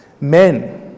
Men